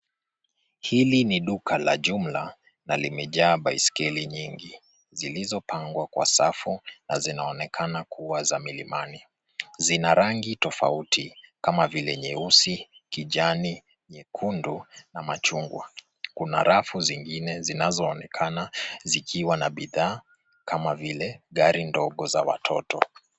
Hili ni duka la jumla na limejaa baisikeli nyingi, zilizopangwa kwa safu na zinaonekana kuwa za milimani. Zina rangi tofauti kama vile nyeusi, kijani, nyekundu na machungwa. Kuna rafu zingine zinazooneka kuwa na bidhaa kama vile gari dogo za watoto.